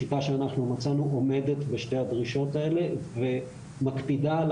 השיטה שאנחנו מצאנו עומדת בשתי הדרישות האלה ומקפידה על